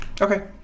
Okay